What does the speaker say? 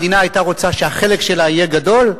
המדינה היתה רוצה שהחלק שלה יהיה גדול?